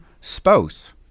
spouse